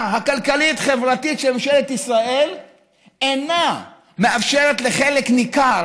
הכלכלית-חברתית של ממשלת ישראל אינה מאפשרת לחלק ניכר,